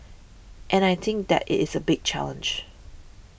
and I think that it is a big challenge